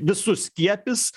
visus skiepys